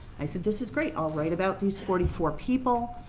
i said, this is great. i'll write about these forty four people.